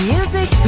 Music